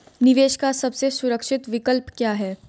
निवेश का सबसे सुरक्षित विकल्प क्या है?